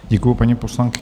Děkuji, paní poslankyně.